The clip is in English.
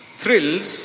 thrills